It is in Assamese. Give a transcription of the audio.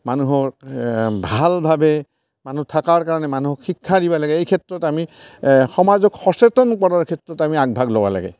মানুহৰ ভালভাৱে মানুহ থকাৰ কাৰণে মানুহ শিক্ষা দিব লাগে এই ক্ষেত্ৰত আমি সমাজক সচেতন কৰাৰ ক্ষেত্ৰত আমি আগভাগ ল'ব লাগে